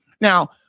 Now